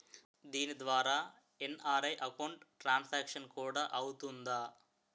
దీని ద్వారా NRI account transaction కూడా అవుతుందా?